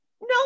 No